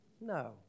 no